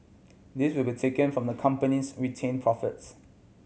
this will be taken from the company's retained profits